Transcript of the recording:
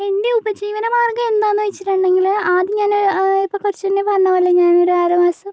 എൻ്റെ ഉപജീവനമാർഗ്ഗം എന്താന്ന് വെച്ചിട്ടുണ്ടെങ്കില് ആദ്യം ഞാന് കുറച്ച് മുന്നേ പറഞ്ഞതുപോലെ ഞാൻ ഒരു ആറുമാസം